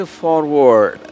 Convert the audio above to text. forward